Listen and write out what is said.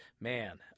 Man